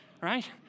right